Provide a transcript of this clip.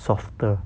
softer